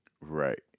Right